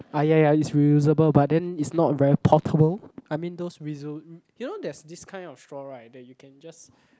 ah ya ya it's reusable but then it's not very portable I mean those reuse you know there's this kind of straw right that you can just